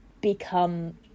become